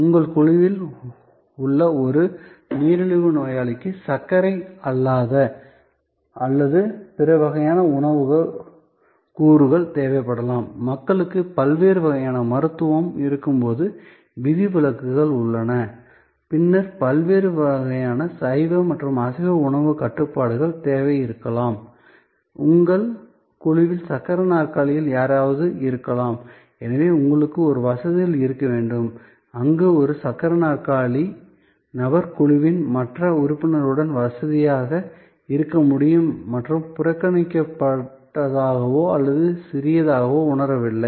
உங்கள் குழுவில் உள்ள ஒரு நீரிழிவு நோயாளிக்கு சர்க்கரை இல்லாத அல்லது பிற வகையான உணவுகள் கூறுகள் தேவைப்படலாம் மக்களுக்கு பல்வேறு வகையான மருத்துவம் இருக்கும்போது விதிவிலக்குகள் உள்ளன பின்னர் பல்வேறு வகையான சைவ மற்றும் அசைவ உணவு கட்டுப்பாடுகள் தேவைகள் இருக்கலாம் உங்கள் குழுவில் சக்கர நாற்காலியில் யாராவது இருக்கலாம் எனவே உங்களுக்கு ஒரு வசதிகள் இருக்க வேண்டும் அங்கு ஒரு சக்கர நாற்காலி நபர் குழுவின் மற்ற உறுப்பினர்களுடன் வசதியாக இருக்க முடியும் மற்றும் புறக்கணிக்கப்பட்டதாகவோ அல்லது சிறிதாகவோ உணரவில்லை